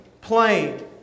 plane